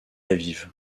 aviv